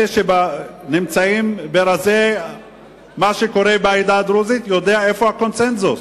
אלה שמצויים ברזי העדה הדרוזית יודעים איפה הקונסנזוס.